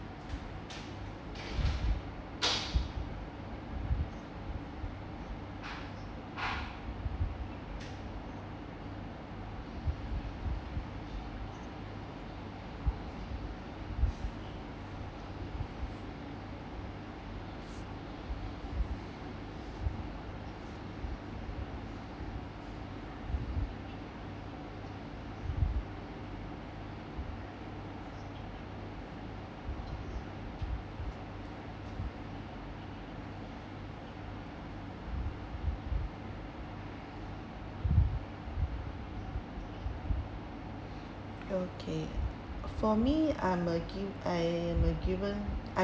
okay for me I'm a give I am a given